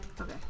Okay